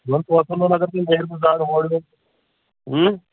یِمَن پانٛژَن دۄہَن اگر تُہۍ کٔرِو گُزارٕ اورٕ یورٕ